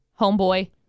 homeboy